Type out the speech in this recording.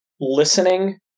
listening